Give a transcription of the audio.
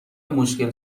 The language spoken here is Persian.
مشکل